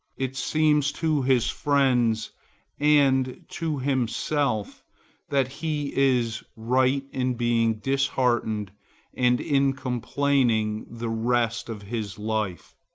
it seems to his friends and to himself that he is right in being disheartened and in complaining the rest of his life.